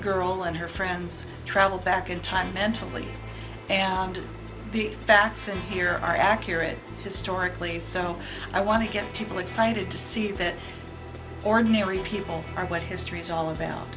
girl and her friends travel back in time mentally and the facts in here are accurate historically so i want to get people excited to see that ordinary people are what history is all about